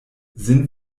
sind